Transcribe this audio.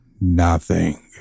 Nothing